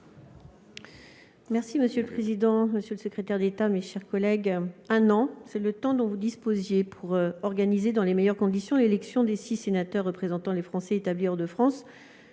et Républicain. Monsieur le secrétaire d'État, un an, c'est le temps dont vous disposiez pour organiser dans les meilleures conditions l'élection des six sénateurs représentant les Français établis hors de France